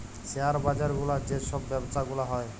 share বাজার গুলার যে ছব ব্যবছা গুলা হ্যয়